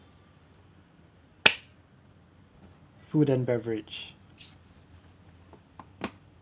food and beverage